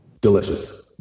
Delicious